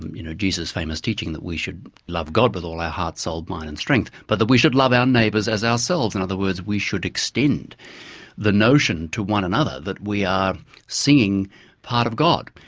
you know jesus's famous teaching that we should love god with all our heart, soul, mind and strength, but that we should love our neighbours as ourselves. in other words we should extend the notion to one another that we are seeing part of god.